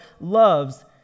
loves